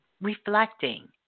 reflecting